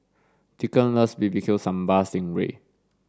Deacon loves B B Q Sambal Sting Ray